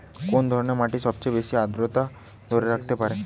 কোন ধরনের মাটি সবচেয়ে বেশি আর্দ্রতা ধরে রাখতে পারে?